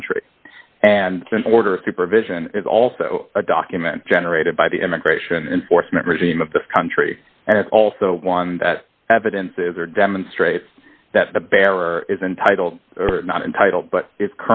country and order of supervision is also a document generated by the immigration enforcement regime of this country and it's also one that evidences or demonstrates that the bearer is entitled not entitled but i